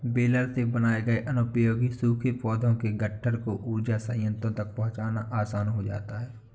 baler से बनाए गए अनुपयोगी सूखे पौधों के गट्ठर को ऊर्जा संयन्त्रों तक पहुँचाना आसान हो जाता है